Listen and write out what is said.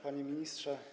Panie Ministrze!